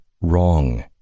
wrong